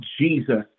Jesus